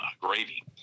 gravy